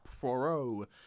Poirot